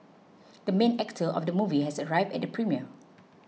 the main actor of the movie has arrived at the premiere